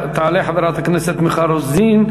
תעלה חברת הכנסת מיכל רוזין,